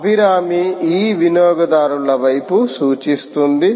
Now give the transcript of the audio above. అభిరామి ఈ వినియోగదారుల వైపు సూచిస్తుంధి